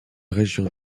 régions